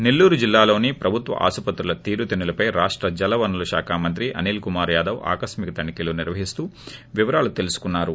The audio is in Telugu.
నెల్లూరు జిల్లాలోని ప్రభుత్వ ఆసుపత్రుల తీరుతెన్నులపైన రాష్ట జలవనరుల శాఖ మంత్రి అనిల్కుమార్ యాదవ్ ఆకస్మిక తనిఖీలు నిర్వహిస్తూ వివరాలు తెలుసుకున్నారు